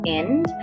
end